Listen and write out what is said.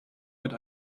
mit